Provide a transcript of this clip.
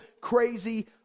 crazy